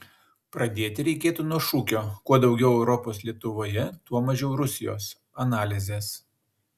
pradėti reikėtų nuo šūkio kuo daugiau europos lietuvoje tuo mažiau rusijos analizės